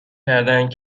کردند